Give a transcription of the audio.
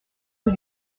rue